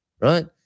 right